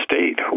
state